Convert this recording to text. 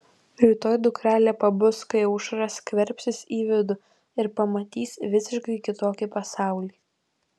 rytoj dukrelė pabus kai aušra skverbsis į vidų ir pamatys visiškai kitokį pasaulį